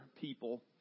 people